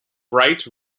bright